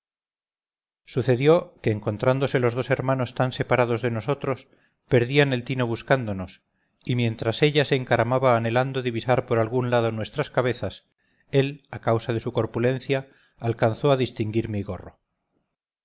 sucedió que encontrándose los dos hermanos tan separados de nosotros perdían el tino buscándonos y mientras ella se encaramaba anhelando divisar por algún lado nuestras cabezas él a causa de su corpulencia alcanzó a distinguir mi gorro